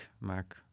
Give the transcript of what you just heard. Mac